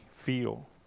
feel